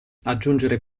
aggiungere